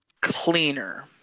cleaner